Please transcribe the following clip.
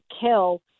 kill